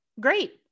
great